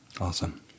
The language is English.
Awesome